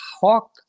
hawk